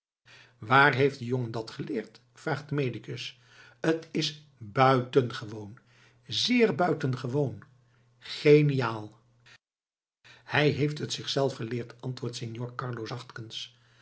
waar heeft die jongen dat geleerd vraagt de medicus t is buitengewoon zeer buitengewoon geniaal hij heeft t zichzelf geleerd antwoordt signor carlo